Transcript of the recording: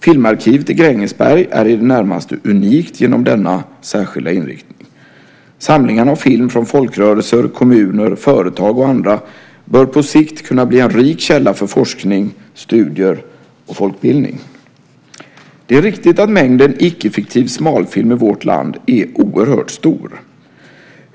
Filmarkivet i Grängesberg är i det närmaste unikt genom denna särskilda inriktning. Samlingarna av film från folkrörelser, kommuner, företag och andra bör på sikt kunna bli en rik källa för forskning, studier och folkbildning. Det är riktigt att mängden icke-fiktiv smalfilm i vårt land är oerhört stor.